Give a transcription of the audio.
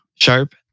Sharp